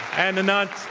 and anant,